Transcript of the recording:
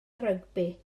rygbi